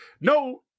No